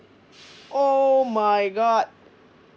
oh my god